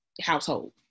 household